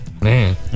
man